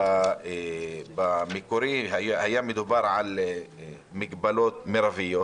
במקורי היה מדובר על מגבלות מרביות,